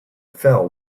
fell